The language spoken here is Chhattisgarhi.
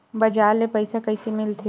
बजार ले पईसा कइसे मिलथे?